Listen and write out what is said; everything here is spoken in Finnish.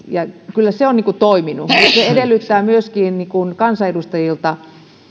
kyllä se on toiminut se edellyttää myöskin kansanedustajilta